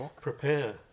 prepare